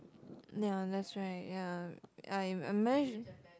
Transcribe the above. ya that's right ya I I manage